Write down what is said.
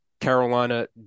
Carolina